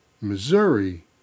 Missouri